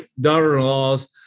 daughter-in-laws